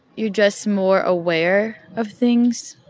you're just more aware of things,